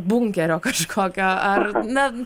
bunkerio kažkokio ar na